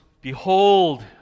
behold